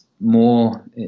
more